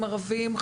ערבים,